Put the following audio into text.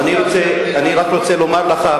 אני רק רוצה לומר לך,